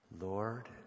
Lord